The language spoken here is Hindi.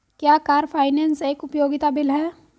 क्या कार फाइनेंस एक उपयोगिता बिल है?